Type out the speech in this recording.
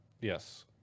Yes